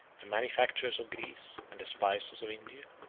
the manufactures of greece, and the spices of india.